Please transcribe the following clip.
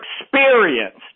experienced